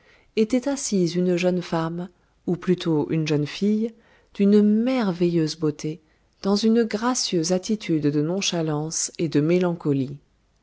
était assise une jeune femme ou plutôt une jeune fille d'une merveilleuse beauté dans une gracieuse attitude de nonchalance et de mélancolie